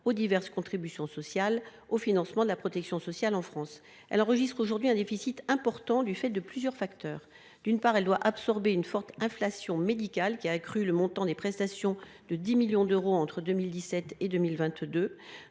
aux diverses contributions sociales, au financement de la protection sociale en France. La CFE enregistre aujourd’hui un déficit important en raison de plusieurs facteurs. Tout d’abord, elle doit absorber une forte inflation médicale, qui a accru le montant des prestations de 10 millions d’euros entre 2017 et 2022.